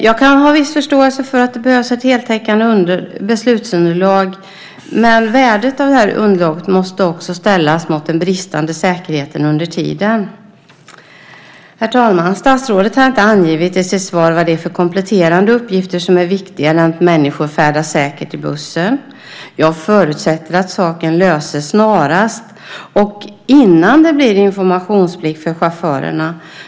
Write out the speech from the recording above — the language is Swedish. Jag kan ha viss förståelse för att det behövs ett heltäckande beslutsunderlag, men värdet av underlaget måste också ställas mot den bristande säkerheten under tiden. Herr talman! Statsrådet har inte angivit i sitt svar vad det är för kompletterande uppgifter som är viktigare än att människor färdas säkert i bussen. Jag förutsätter att saken löses snarast, och innan det blir informationsplikt för chaufförerna.